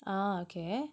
ah okay